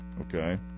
Okay